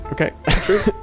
okay